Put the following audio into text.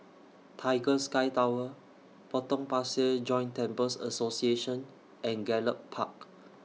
Tiger Sky Tower Potong Pasir Joint Temples Association and Gallop Park